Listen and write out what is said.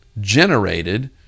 generated